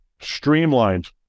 streamlined